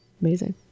amazing